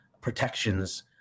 protections